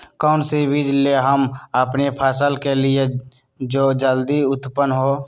कौन सी बीज ले हम अपनी फसल के लिए जो जल्दी उत्पन हो?